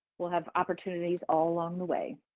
we'll have opportunities all along the way.